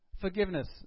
Forgiveness